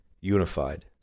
unified